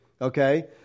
okay